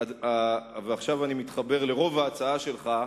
עכשיו אני מתחבר לרוב ההצעה שלך.